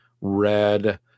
red